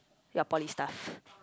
your poly stuff